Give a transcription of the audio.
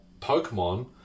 Pokemon